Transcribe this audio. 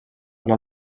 una